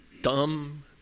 Dumb